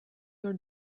your